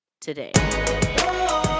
today